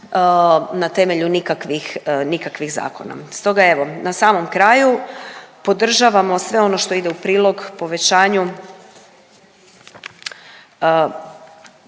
nikakvih, nikakvih zakona. Stoga evo, na samom kraju podržavamo sve ono što ide u prilog povećanju